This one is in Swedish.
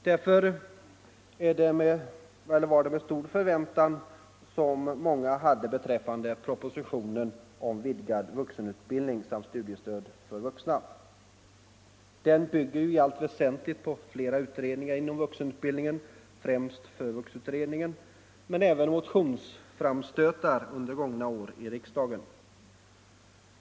Därför hade många stor förväntan beträffande propositionen om vidgad vuxenutbildning samt studiestöd för vuxna. Den bygger ju i allt väsentligt på flera utredningar inom vuxenutbildningen, främst FÖVUX-utredningen, men även på motionsframstötar under gångna år i riksdagen.